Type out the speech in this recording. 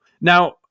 Now